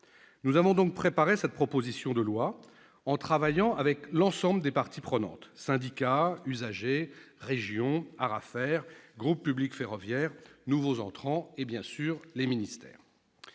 Nous avons donc préparé cette proposition de loi en travaillant avec l'ensemble des parties prenantes : syndicats, usagers, régions, ARAFER, groupe public ferroviaire, nouveaux entrants et, bien sûr, ministères.